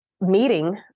meeting